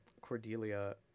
Cordelia